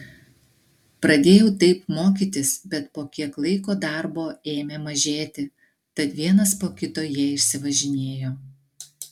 pradėjau taip mokytis bet po kiek laiko darbo ėmė mažėti tad vienas po kito jie išsivažinėjo